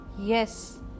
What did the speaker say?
yes